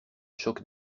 choc